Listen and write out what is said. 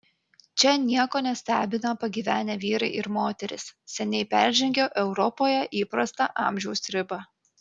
čia nieko nestebina pagyvenę vyrai ir moterys seniai peržengę europoje įprastą amžiaus ribą